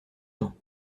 temps